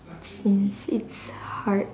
since it's hard